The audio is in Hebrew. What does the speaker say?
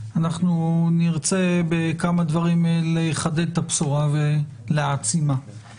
אנחנו נרצה בכמה דברים לחדד את הבשורה ולהעצימה.